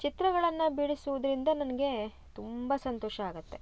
ಚಿತ್ರಗಳನ್ನು ಬಿಡಿಸುವುದರಿಂದ ನನಗೆ ತುಂಬ ಸಂತೋಷ ಆಗುತ್ತೆ